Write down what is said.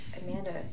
Amanda